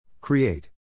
Create